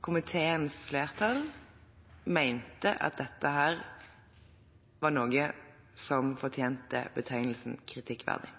komiteens flertall mente at dette var noe som fortjente betegnelsen «kritikkverdig»?